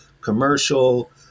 commercial